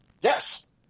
Yes